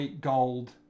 gold